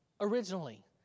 originally